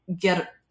get